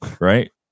right